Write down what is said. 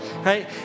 right